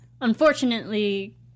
unfortunately